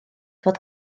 fod